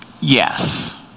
Yes